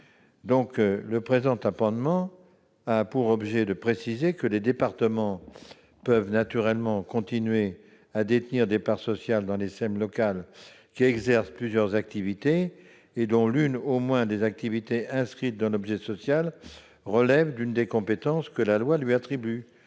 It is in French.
Le présent amendement a pour objet de préciser que les départements peuvent bien évidemment continuer de détenir des parts sociales dans les SEM locales exerçant plusieurs activités et dont l'une au moins des activités inscrites dans l'objet social relève d'une des compétences que la loi lui attribue.